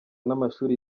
n’amashuri